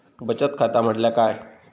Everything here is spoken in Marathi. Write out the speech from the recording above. बचत खाता म्हटल्या काय?